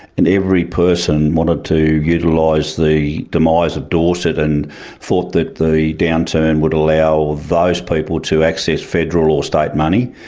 and every person wanted to yeah utilise the demise of dorset and thought that the downturn would allow those people to access federal or state money.